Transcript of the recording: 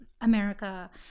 America